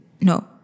no